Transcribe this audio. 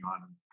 on